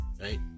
right